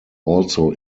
also